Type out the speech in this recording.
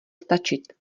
stačit